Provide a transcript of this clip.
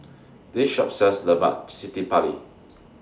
This Shop sells Lemak Cili Padi